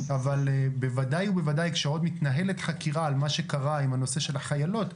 אבל בוודאי ובוודאי כשעוד מתנהלת חקירה על מה שקרה עם הנושא של החיילות,